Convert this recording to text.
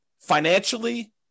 financially